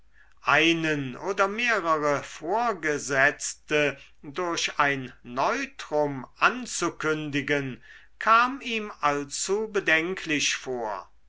einen oder mehrere vorgesetzte durch ein neutrum anzukündigen kam ihm allzu bedenklich vor